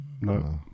No